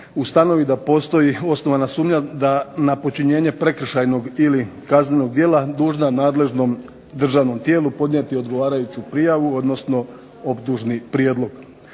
ustanovi da postoji osnovana sumnja da na počinjenje prekršajnog ili kaznenog djela dužna nadležnom državnom tijelu podnijeti odgovarajuću prijavu, odnosno optužni prijedlog.